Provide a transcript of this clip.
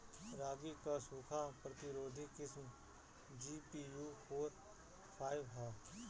रागी क सूखा प्रतिरोधी किस्म जी.पी.यू फोर फाइव ह?